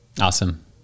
Awesome